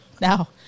now